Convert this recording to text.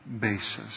basis